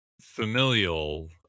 familial